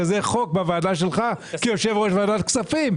כזה בוועדה שלך כיושב ראש ועדת כספים.